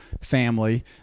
family